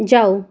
যাও